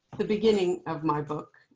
the beginning of my book,